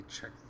check